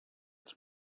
its